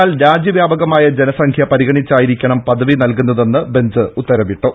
എന്നാൽ രാജ്യവ്യാപകമായ ജനസംഖ്യ പരിഗണിച്ചായിരിക്കണം പദവി നൽകുന്നതെന്ന് ബെഞ്ച് ഉത്തരവിട്ടു